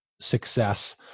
success